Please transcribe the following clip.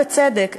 בצדק,